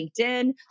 LinkedIn